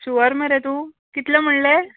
sure मरे तूं कितले म्हळ्ळे